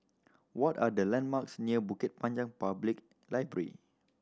what are the landmarks near Bukit Panjang Public Library